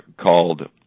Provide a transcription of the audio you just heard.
called